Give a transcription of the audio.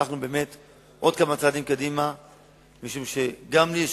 הלכנו באמת עוד כמה צעדים קדימה משום שגם לי יש